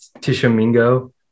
Tishomingo